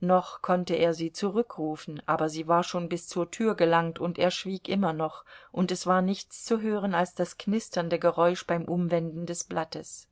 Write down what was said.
noch konnte er sie zurückrufen aber sie war schon bis zur tür gelangt und er schwieg immer noch und es war nichts zu hören als das knisternde geräusch beim umwenden des blattes